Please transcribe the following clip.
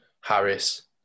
Harris